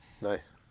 Nice